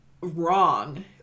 wrong